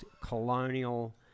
colonial